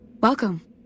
Welcome